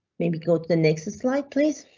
maybe go to the next slide, please.